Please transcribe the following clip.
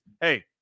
hey